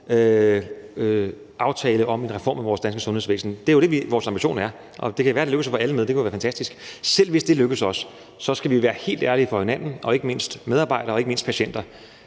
aftale om en reform af vores danske sundhedsvæsen – det er jo det, der er vores ambition. Det kan være, at det lykkes at få alle med, det kunne være fantastisk. Selv hvis det lykkes os, skal vi være helt ærlige over for hinanden og ikke mindst over for medarbejdere og patienter